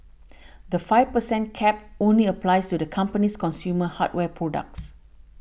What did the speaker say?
the five per cent cap only applies to the company's consumer hardware products